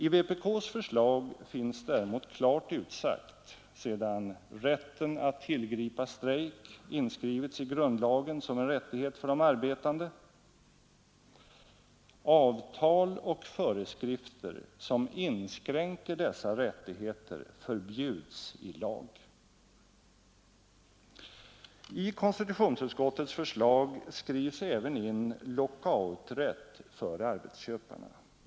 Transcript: I vpk:s förslag finns däremot klart utsagt, sedan ”rätt att tillgripa strejk” inskrivits i grundlagen som en rättighet för de arbetande: ”Avtal och föreskrifter, som inskränker dessa rättigheter, förbjuds i lag.” I konstitutionsutskottets förslag skrivs även in lockouträtt för arbetsköparna.